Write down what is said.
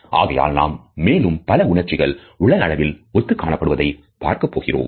ஆகையால் நாம் மேலும் பல உணர்ச்சிகள் உலகஅளவில் ஒத்துக் காணப்படுவதை பார்க்கப்போகிறோம்